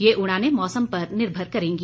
ये उड़ाने मौसम पर निर्भर होगी